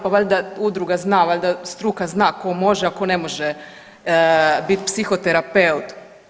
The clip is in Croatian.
Pa valjda udruga zna, valjda struka zna ko može, a ko ne može biti psihoterapeut.